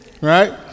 Right